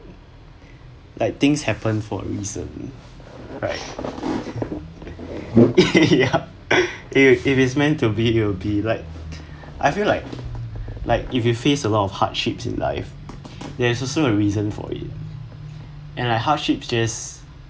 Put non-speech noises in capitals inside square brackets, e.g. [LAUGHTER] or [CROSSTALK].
like things happen for reason right [LAUGHS] ya if if it's meant to be it will be like I feel like like if you face a lots of hardship in life there's also a reason for it and a hardship just